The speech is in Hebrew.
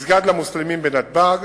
מסגד למוסלמים בנתב"ג,